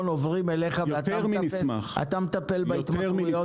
עוברים אליך ואתה תטפל בהתמכרויות?